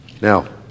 Now